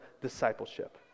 discipleship